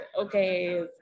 okay